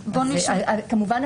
כמובן,